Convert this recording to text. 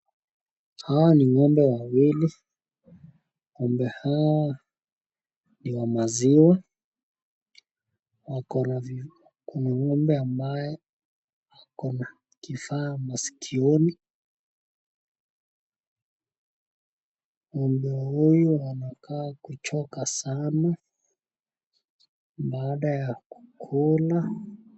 Hawa ni ng'ombe wawili, ng'ombe hawa ni wa maziwa kuna ng'ombe ambaye akona kifaa maskioni, ng'ombe huyu anakaa kuchoka sana baada ya kukula.